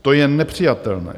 To je nepřijatelné.